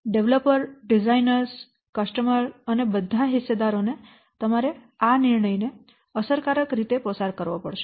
developer designers ગ્રાહકો અને બધા હિસ્સેદારો ને તમારે આ નિર્ણય ને અસરકારક રીતે પસાર કરવો પડશે